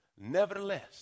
nevertheless